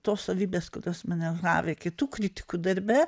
tos savybės kurios mane žavi kitų kritikų darbe